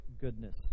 goodness